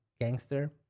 gangster